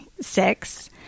six